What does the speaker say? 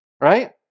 Right